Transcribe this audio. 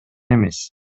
эмес